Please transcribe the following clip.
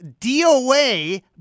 DOA